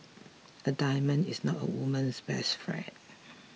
a diamond is not a woman's best friend